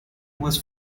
was